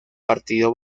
partido